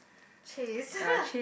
chase